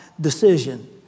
decision